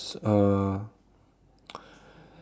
uh